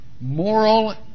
moral